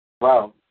Wow